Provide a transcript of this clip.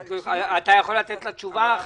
אתה יכול לענות לה תשובה?